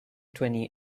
twenty